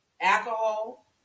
Alcohol